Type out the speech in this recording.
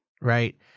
Right